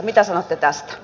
mitä sanotte tästä